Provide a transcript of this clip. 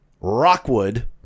Rockwood